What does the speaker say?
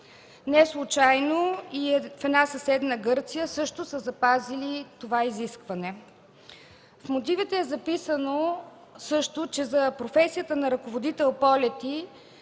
Неслучайно и в една съседна Гърция също са запазили това изискване. В мотивите е записано също, че за професията на ръководител на полети